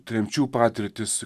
tremčių patirtis